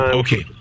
okay